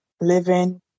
living